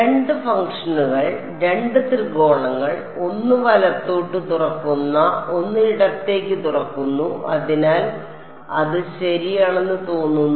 രണ്ട് ഫംഗ്ഷനുകൾ രണ്ട് ത്രികോണങ്ങൾ ഒന്ന് വലത്തോട്ട് തുറക്കുന്ന ഒന്ന് ഇടത്തേക്ക് തുറക്കുന്നു അതിനാൽ അത് ശരിയാണെന്ന് തോന്നുന്നു